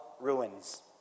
ruins